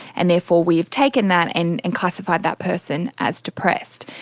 and therefore we have taken that and and classified that person as depressed.